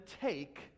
take